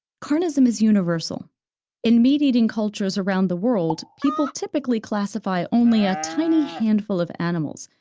carnism is universal in meat-eating cultures around the world, people typically classify only a tiny handful of animals,